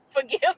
forgive